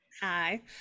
hi